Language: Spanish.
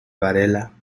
varela